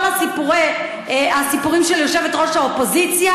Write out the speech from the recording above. כל הסיפורים של יושבת-ראש האופוזיציה.